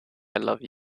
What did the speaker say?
love